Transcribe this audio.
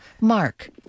Mark